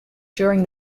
during